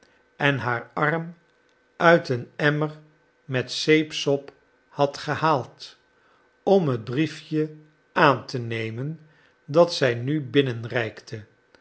en haar arm uit een emmer met zeepsop had gehaald om het briefje aan te nemen dat zij nu